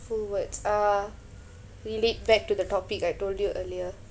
hurtful words uh relate back to the topic I told you earlier